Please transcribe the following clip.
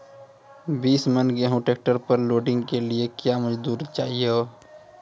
बीस मन गेहूँ ट्रैक्टर पर लोडिंग के लिए क्या मजदूर चाहिए?